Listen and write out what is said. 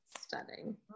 stunning